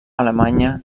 alemanya